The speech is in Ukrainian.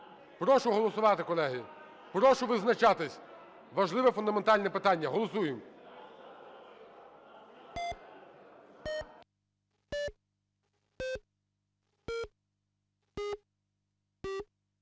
Прошу голосувати, колеги. Прошу визначатись. Важливе фундаментальне питання. Голосуємо!